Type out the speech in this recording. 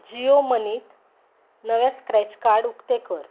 जियो मनींत नवें scratch card उकतें कर